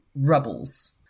rubbles